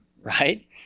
Right